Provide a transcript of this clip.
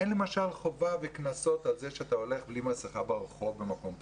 אין למשל חובה וקנסות על כך שאתה הולך בלי מסכה ברחוב במקום פתוח.